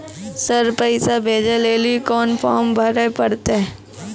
Sir पैसा भेजै लेली कोन फॉर्म भरे परतै?